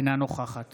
אינה נוכחת